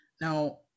Now